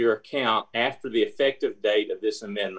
your account after the effective date of this and the